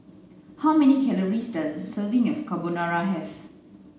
how many calories does a serving of Carbonara have